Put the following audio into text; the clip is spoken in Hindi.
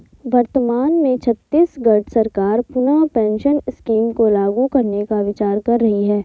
वर्तमान में छत्तीसगढ़ सरकार पुनः पेंशन स्कीम को लागू करने का विचार कर रही है